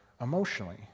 emotionally